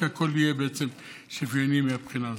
כי הכול יהיה שוויוני מהבחינה הזאת.